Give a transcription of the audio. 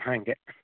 ಹಾಗೆ